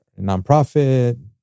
nonprofit